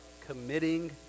committing